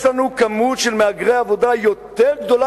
יש לנו כמות של מהגרי עבודה יותר גדולה